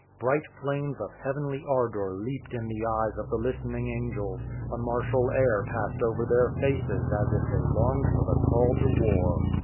bright flames of heavenly ardour leaped in the eyes of the listening angels a martial air passed over their faces as if they longed for the call to war.